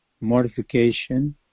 mortification